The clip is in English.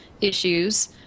issues